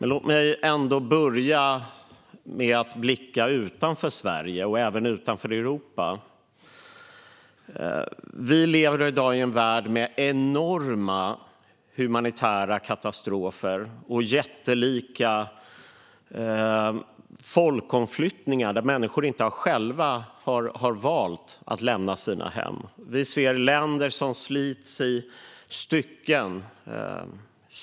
Låt mig dock börja med att blicka utanför Sverige och även utanför Europa. Vi lever i dag i en värld med enorma humanitära katastrofer och jättelika folkomflyttningar, där människor inte själva har valt att lämna sina hem. Vi ser länder som slits i stycken.